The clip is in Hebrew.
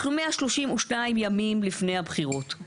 אנחנו 132 ימים לפני הבחירות.